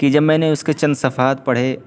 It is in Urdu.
کہ جب میں نے اس کے چند صفحات پڑھے